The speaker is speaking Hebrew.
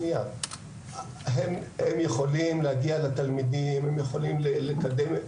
הם יכולים להגיע לתלמידים, הם יכולים לקדם.